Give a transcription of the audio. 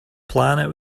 planet